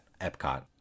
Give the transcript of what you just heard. Epcot